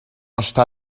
està